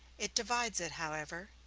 it divides it, however,